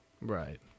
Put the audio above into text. Right